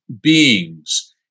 beings